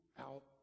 out